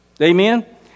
Amen